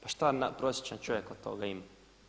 Pa šta prosječan čovjek od toga ima?